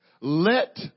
let